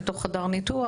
לתוך חדר ניתוח,